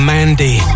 Mandy